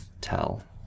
tell